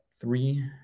Three